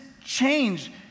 change